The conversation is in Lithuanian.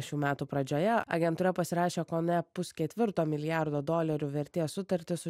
šių metų pradžioje agentūra pasirašė kone pusketvirto milijardo dolerių vertės sutartį su